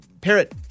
parrot